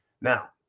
Now